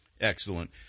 Excellent